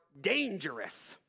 dangerous